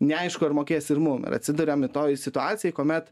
neaišku ar mokės ir mum ir atsiduriame toj situacijoj kuomet